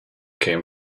came